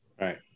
Right